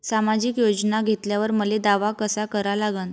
सामाजिक योजना घेतल्यावर मले दावा कसा करा लागन?